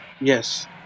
Yes